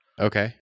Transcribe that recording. Okay